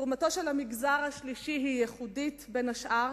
תרומתו של המגזר השלישי ייחודית בין השאר